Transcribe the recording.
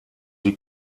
sie